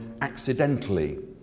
accidentally